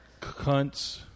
Cunts